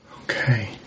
Okay